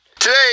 Today